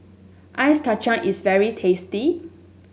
Ice Kachang is very tasty